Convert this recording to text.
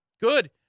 Good